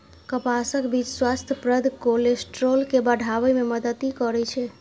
कपासक बीच स्वास्थ्यप्रद कोलेस्ट्रॉल के बढ़ाबै मे मदति करै छै